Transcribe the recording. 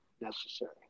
necessary